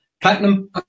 platinum